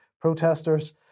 protesters